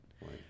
Right